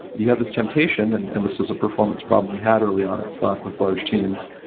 you have this temptation and and this is a performance problem we had early on at slack with large teams.